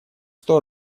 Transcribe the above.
сто